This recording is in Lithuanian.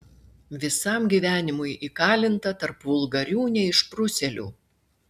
visam gyvenimui įkalinta tarp vulgarių neišprusėlių